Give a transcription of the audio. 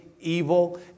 evil